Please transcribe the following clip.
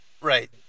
Right